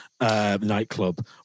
nightclub